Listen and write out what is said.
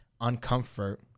uncomfort